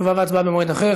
תשובה והצבעה במועד אחר.